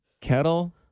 Kettle